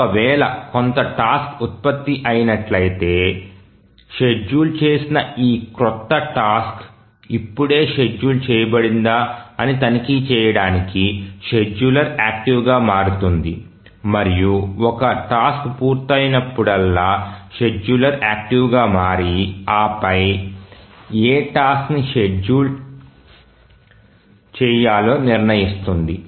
ఒక వేళ కొంత టాస్క్ ఉత్పత్తి అయినట్లయితే షెడ్యూల్ చేసిన ఈ క్రొత్త టాస్క్ ఇప్పుడే షెడ్యూల్ చేయబడిందా అని తనిఖీ చేయడానికి షెడ్యూలర్ యాక్టివ్గా మారుతుంది మరియు ఒక టాస్క్ పూర్తయినప్పుడల్లా షెడ్యూలర్ యాక్టివ్ గా మారి ఆ పై ఏ టాస్క్ ని షెడ్యూల్ చేయాలో నిర్ణయిస్తుంది